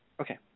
Okay